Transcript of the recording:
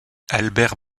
albert